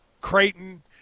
Creighton